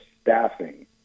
staffing